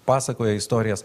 pasakoja istorijas